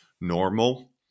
normal